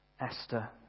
Esther